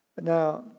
Now